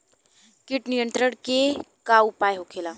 कीट नियंत्रण के का उपाय होखेला?